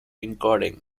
encoding